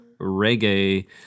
reggae